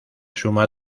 suma